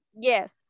yes